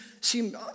seem